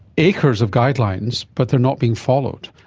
acres of guidelines but they are not being followed.